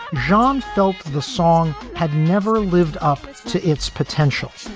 john felt the song had never lived up to its potential.